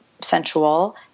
sensual